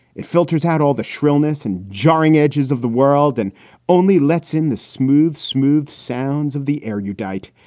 it filters out all the shrillness and jarring edges of the world and only lets in the smooth, smooth sounds of the air yeah udeid.